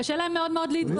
קשה להם מאוד להתגונן.